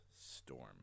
Storm